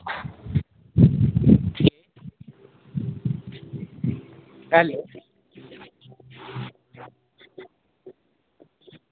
ऐनी